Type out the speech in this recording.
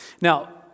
Now